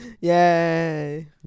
Yay